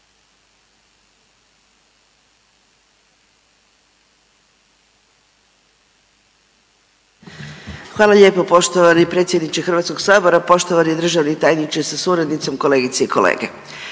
Hvala lijepo poštovani predsjedniče Hrvatskog sabora. Poštovani državni tajniče sa suradnicom, kolegice i kolege,